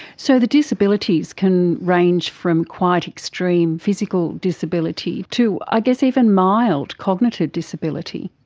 so the disabilities can range from quite extreme physical disability to i guess even mild cognitive disability.